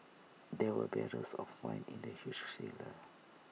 there were barrels of wine in the huge cellar